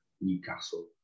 Newcastle